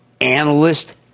analyst